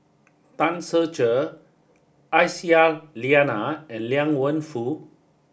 Tan Ser Cher Aisyah Lyana and Liang Wenfu